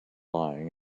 lying